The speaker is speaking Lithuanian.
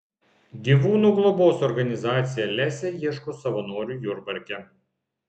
gyvūnų globos organizacija lesė ieško savanorių jurbarke